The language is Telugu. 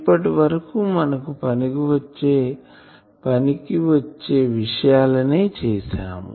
ఇప్పటివరకు మనకి పనికి వచ్చే విషయాలనే చేసాం